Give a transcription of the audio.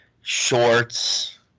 shorts